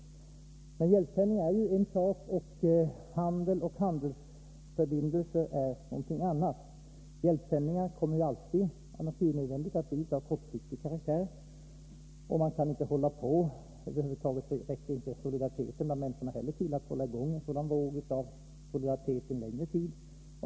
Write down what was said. Men hjälpsändningar är en sak, och handel och handelsförbindelser är någonting annat. Hjälpsändningar är alltid, av naturnödvändighet, av kortsiktig karaktär. Man kan inte fortsätta med sådana hur länge som helst. Över huvud taget räcker inte solidariteten bland människorna till för att hålla i gång en sådan våg av stödåtgärder under någon längre tid.